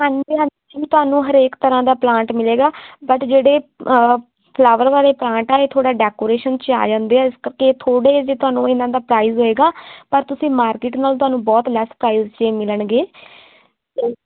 ਹਾਂਜੀ ਹਾਂਜੀ ਤੁਹਾਨੂੰ ਹਰੇਕ ਤਰ੍ਹਾਂ ਦਾ ਪਲਾਂਟ ਮਿਲੇਗਾ ਬਟ ਜਿਹੜੇ ਫਲਾਵਰ ਵਾਲੇ ਪਲਾਂਟ ਆ ਇਹ ਥੋੜ੍ਹਾ ਡੈਕੋਰੇਸ਼ਨ 'ਚ ਆ ਜਾਂਦੇ ਆ ਇਸ ਕਰਕੇ ਥੋੜ੍ਹੇ ਜਿਹੇ ਤੁਹਾਨੂੰ ਇਹਨਾਂ ਦਾ ਪ੍ਰਾਈਜ ਹੋਏਗਾ ਪਰ ਤੁਸੀਂ ਮਾਰਕੀਟ ਨਾਲ ਤੁਹਾਨੂੰ ਬਹੁਤ ਲੈਸ ਪ੍ਰਾਈਜ਼ 'ਚ ਇਹ ਮਿਲਣਗੇ ਅਤੇ